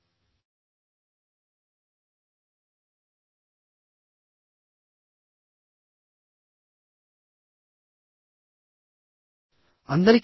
అందరికి ధన్యవాదాలు